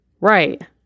Right